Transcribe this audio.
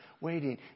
waiting